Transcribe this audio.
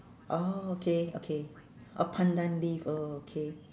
orh okay okay orh pandan leaf oh okay